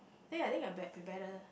think I think will be better